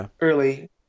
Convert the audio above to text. early